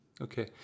Okay